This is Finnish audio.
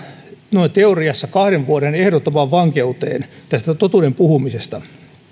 noin teoriassa kahden vuoden ehdottomaan vankeuteen tästä totuuden puhumisesta